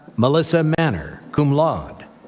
melissa manor, cum laude